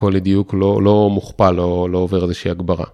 פה לדיוק לא מוכפל או לא עובר איזושהי הגברה.